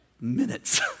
minutes